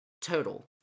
total